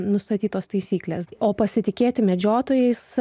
nustatytos taisyklės o pasitikėti medžiotojais